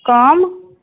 कम